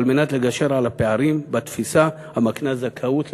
על מנת לגשר על הפערים בתפיסה המקנה זכאות לטכנולוגיות.